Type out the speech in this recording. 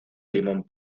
limón